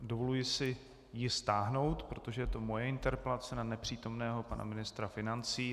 Dovoluji si ji stáhnout, protože to je moje interpelace na nepřítomného pana ministra financí.